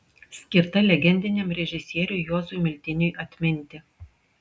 skirta legendiniam režisieriui juozui miltiniui atminti